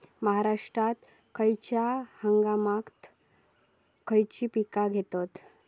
महाराष्ट्रात खयच्या हंगामांत खयची पीका घेतत?